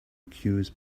cures